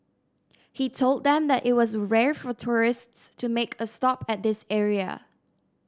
he told them that it was rare for tourists to make a stop at this area